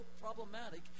problematic